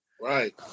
Right